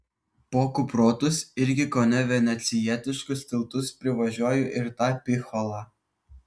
po kuprotus irgi kone venecijietiškus tiltus privažiuoju ir tą picholą